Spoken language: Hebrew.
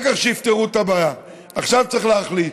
שאחר כך יפתרו את הבעיה, עכשיו צריך להחליט.